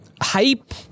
hype